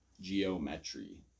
geometry